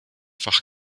fach